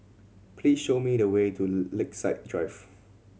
please show me the way to Lakeside Drive